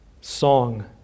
song